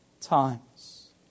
times